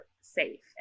safe